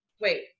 wait